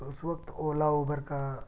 تو اس وقت اولا اوبر کا